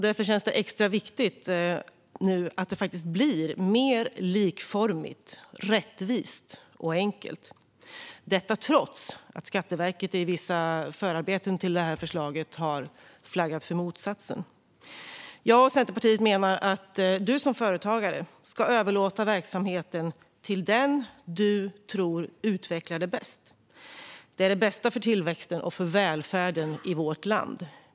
Därför känns det extra viktigt att det nu blir mer likformigt, rättvist och enkelt, trots att Skatteverket i vissa förarbeten till detta förslag har flaggat för motsatsen. Jag och Centerpartiet menar att man som företagare ska överlåta verksamheten till den man tror utvecklar det bäst. Det är det bästa för tillväxten och för välfärden i vårt land.